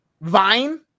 Vine